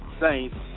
Saints